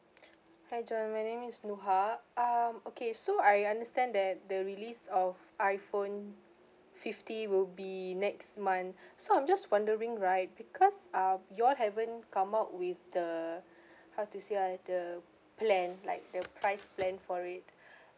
hi john my name is nuha um okay so I understand that the release of iphone fifty will be next month so I'm just wondering right because ah you all haven't come up with the how to say ah the plan like the price plan for it